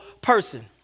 person